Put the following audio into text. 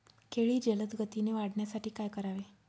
केळी जलदगतीने वाढण्यासाठी काय करावे?